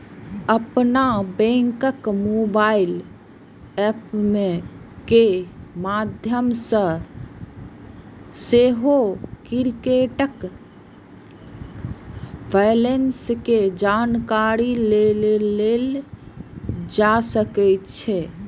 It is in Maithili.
अपन बैंकक मोबाइल एप के माध्यम सं सेहो क्रेडिट बैंलेंस के जानकारी लेल जा सकै छै